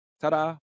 Ta-da